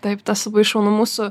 taip tas labai šaunu mūsų